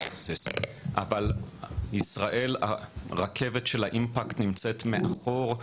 אבל ישראל רכבת של האימפקט נמצאת מאחור,